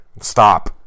stop